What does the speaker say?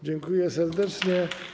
Dziękuję serdecznie.